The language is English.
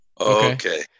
Okay